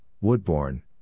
Woodbourne